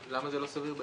למה זה לא סביר בעיניך?